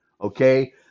okay